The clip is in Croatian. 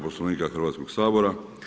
Poslovnika Hrvatskoga sabora.